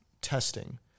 testing